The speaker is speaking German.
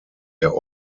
der